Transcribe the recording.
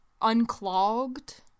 unclogged